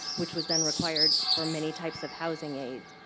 which was then required for many types of housing aids.